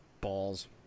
balls